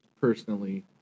personally